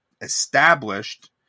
established